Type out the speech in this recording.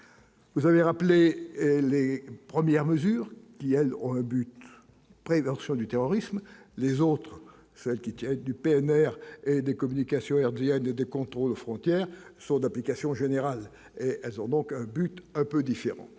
vous avez rappelé les premières mesures qui elles ont le but prévention du terrorisme, les autres celles qui étaient du PNR et des communications hertziennes et des contrôles aux frontières sont d'application générale, elles ont donc un but un peu différent